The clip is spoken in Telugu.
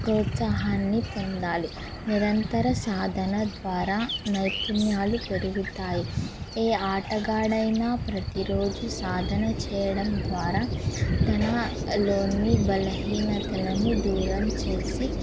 ప్రోత్సాహాన్ని పొందాలి నిరంతర సాధన ద్వారా నైపుణ్యాలు పెరుగుతాయి ఏ ఆటగాడైనాప్రతిరోజు సాధన చేయడం ద్వారా తన లోని బలహీనతలను దూరం చేసి